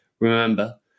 Remember